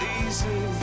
easy